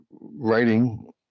writing